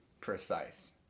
precise